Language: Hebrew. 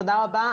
תודה רבה.